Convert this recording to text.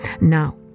Now